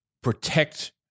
protect